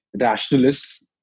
rationalists